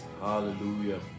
hallelujah